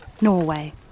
Norway